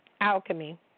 Alchemy